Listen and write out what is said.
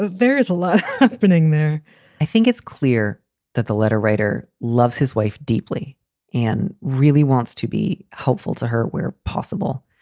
there is a lot happening there i think it's clear that the letter writer loves his wife deeply and really wants to be helpful to her where possible.